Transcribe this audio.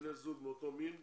בני זוג מאותו מין,